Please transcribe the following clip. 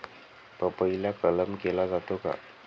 पपईला कलम केला जातो का?